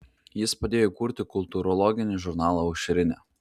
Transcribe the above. jis padėjo įkurti kultūrologinį žurnalą aušrinė